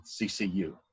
CCU